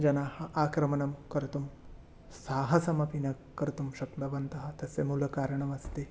जनाः आक्रमणं कर्तुं साहसमपि न कर्तुं न शक्नुवन्तः तस्य मूलकारणमस्ति